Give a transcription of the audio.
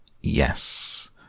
Yes